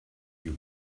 you